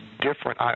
different